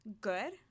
good